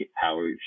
power